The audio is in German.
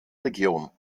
region